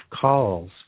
calls